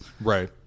Right